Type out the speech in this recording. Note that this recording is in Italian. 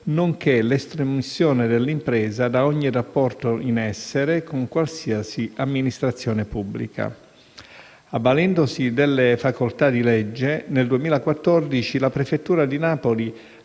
nonché l'estromissione dell'impresa da ogni rapporto in essere con qualsiasi amministrazione pubblica. Avvalendosi delle facoltà di legge, nel 2014 la prefettura di Napoli